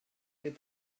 did